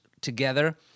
together